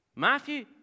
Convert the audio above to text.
Matthew